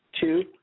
Two